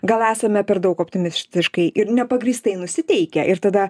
gal esame per daug optimistiškai ir nepagrįstai nusiteikę ir tada